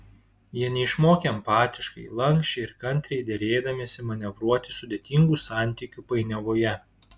jie neišmokę empatiškai lanksčiai ir kantriai derėdamiesi manevruoti sudėtingų santykių painiavoje